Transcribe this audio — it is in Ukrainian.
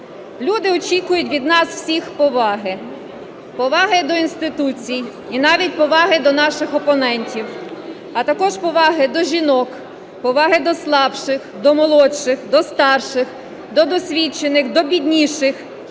Люди очікують від нас всіх поваги, поваги до інституцій і навіть поваги до наших опонентів. А також поваги до жінок, поваги до слабших, до молодших, до старших, до досвідчених, до бідніших.